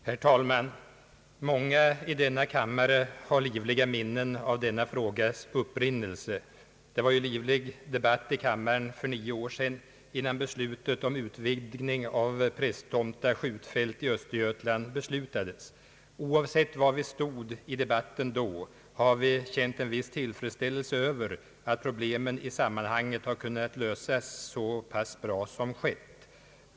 Herr talman! Många i denna kammare har livliga minnen av denna frågas upprinnelse. Det var ju en livlig debatt i kammaren för nio år sedan, innan en utvidgning av Prästtomta skjutfält i Östergötland beslutades. Oavsett var vi stod i debatten då har vi känt en viss tillfredsställelse över att proble men i sammanhanget har kunnat lösas så bra som skett.